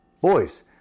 Boys